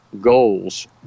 goals